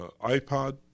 iPod